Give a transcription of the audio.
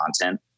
content